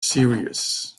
series